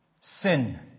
sin